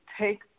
take